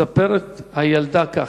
הילדה מספרת כך: